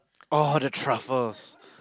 oh the truffles